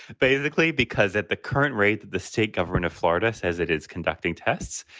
basically, because at the current rate, the state governor and of florida says it is conducting tests.